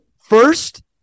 first